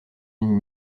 une